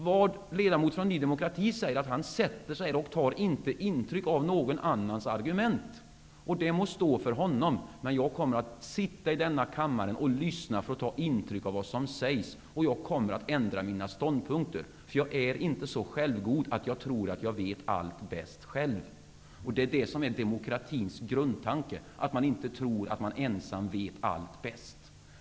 Vad ledamoten från Ny demokrati säger är att han sätter sig här men att han inte tar intryck av någon annans argument. Det må stå för honom. Men jag kommer att sitta i denna kammare och lyssna för att ta intryck av vad som sägs, och jag kommer att ändra mina ståndpunkter, eftersom jag inte är så självgod att jag tror att jag själv vet allt bäst. Det är detta som är demokratins grundtanke, att man inte tror att man ensam vet allt bäst.